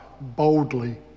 boldly